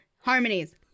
harmonies